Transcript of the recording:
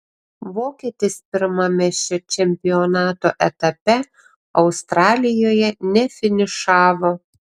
vokietis pirmame šio čempionato etape australijoje nefinišavo